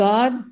God